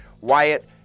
Wyatt